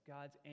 God's